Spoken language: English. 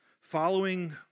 following